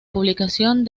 publicación